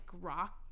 rock